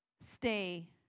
stay